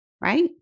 right